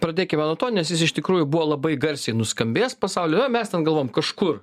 pradėkime nuo to nes jis iš tikrųjų buvo labai garsiai nuskambėjęs pasauly jo mes ten galvojam kažkur